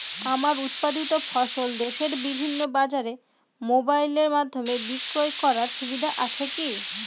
আমার উৎপাদিত ফসল দেশের বিভিন্ন বাজারে মোবাইলের মাধ্যমে বিক্রি করার সুবিধা আছে কি?